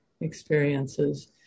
experiences